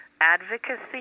advocacy